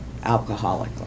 alcoholically